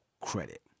credit